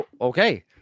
Okay